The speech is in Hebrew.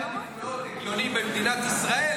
אם היה לכם סדר עדיפויות הגיוני במדינת ישראל,